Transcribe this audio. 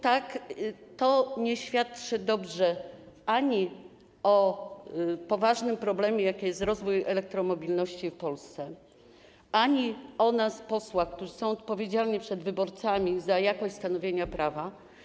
Tak, to nie świadczy dobrze ani o poważnym problemie, jakim jest rozwój elektromobilności w Polsce, ani o nas, posłach, którzy są odpowiedzialni przed wyborcami za jakość stanowienia prawa.